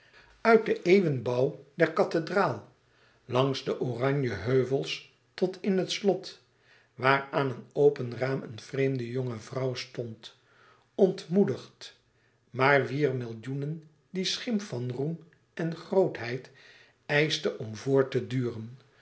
uit den eeuwenbouw der kathedraal langs de oranjeheuvels tot in het slot waar aan een open raam een vreemde jonge vrouw stond ontmoedigd maar wier millioenen die schim van roem en grootheid eischte om voort te duren